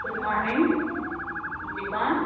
good morning جی کون